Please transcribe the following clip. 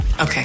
Okay